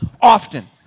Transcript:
often